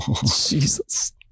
jesus